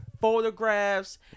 photographs